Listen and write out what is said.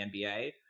NBA